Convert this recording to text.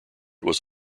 was